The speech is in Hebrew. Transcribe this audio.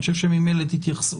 אני חושב שממילא תתייחסו.